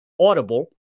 Audible